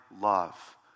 love